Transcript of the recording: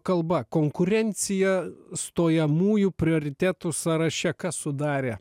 kalba konkurenciją stojamųjų prioritetų sąraše kas sudarė